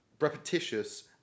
repetitious